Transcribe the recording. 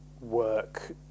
work